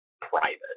private